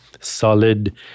solid